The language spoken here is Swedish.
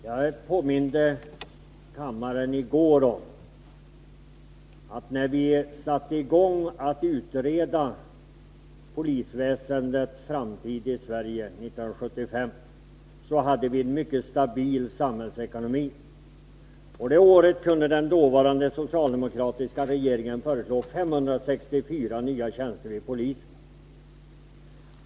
Herr talman! Jag påminde i går kammaren om att när vi år 1975 satte i gång med att utreda polisväsendets framtid i Sverige, så hade vi en mycket stabil samhällsekonomi. Det året kunde den socialdemokratiska regeringen föreslå 564 nya tjänster vid polisen.